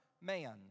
man